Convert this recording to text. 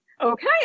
okay